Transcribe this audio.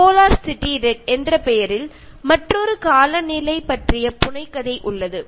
polar City Red என்ற பெயரில் மற்றொரு காலநிலை பற்றிய புனைகதை உள்ளது